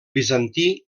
bizantí